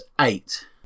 eight